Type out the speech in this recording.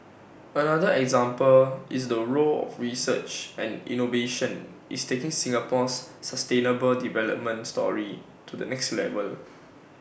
another example is the role of research and innovation is taking Singapore's sustainable development story to the next level